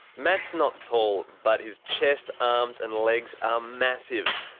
matt's not tall, but his chest, arms and legs are massive.